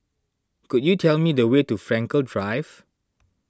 could you tell me the way to Frankel Drive